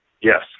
Yes